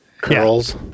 curls